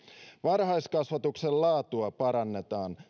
varhaiskasvatuksen laatua parannetaan